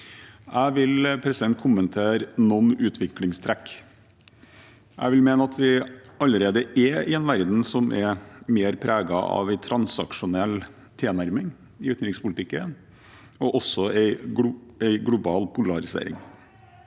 Jeg vil kommentere noen utviklingstrekk. Jeg vil mene at vi allerede er i en verden som er mer preget av en transaksjonell tilnærming i utenrikspolitikken og også en global polarisering.